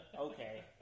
Okay